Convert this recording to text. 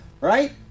right